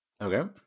Okay